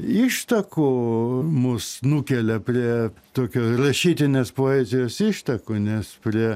ištakų mus nukelia prie tokio rašytinės poezijos ištakų nes prie